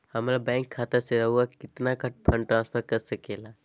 हमरा बैंक खाता से रहुआ कितना का फंड ट्रांसफर कर सके ला?